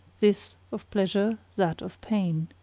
this of pleasure that of pain.